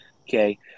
Okay